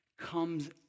comes